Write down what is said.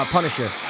Punisher